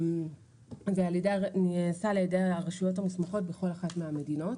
הוא נעשה על ידי הרשויות המוסמכות בכל אחת מהמדינות.